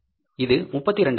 இது 32000